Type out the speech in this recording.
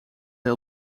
hij